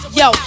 yo